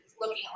Looking